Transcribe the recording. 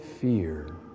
fear